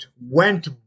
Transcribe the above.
went